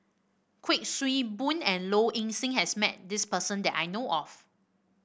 Kuik Swee Boon and Low Ing Sing has met this person that I know of